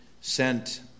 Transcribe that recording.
sent